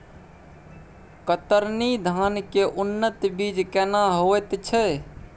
कतरनी धान के उन्नत बीज केना होयत छै?